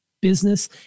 business